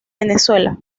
venezuela